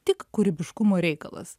tik kūrybiškumo reikalas